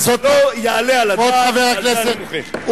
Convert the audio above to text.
לא יעלה על הדעת, ועל זה אני מוחה.